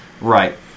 Right